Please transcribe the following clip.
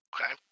Okay